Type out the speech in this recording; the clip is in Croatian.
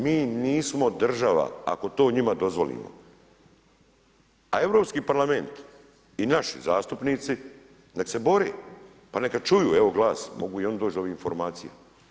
Mi nismo država, ako to njima dozvolimo, a Europski parlament i naši zastupnici, nek se bore, pa neka čuju evo glas, mogu i oni doć do ovih informacija.